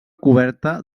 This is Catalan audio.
coberta